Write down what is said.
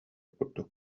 курдук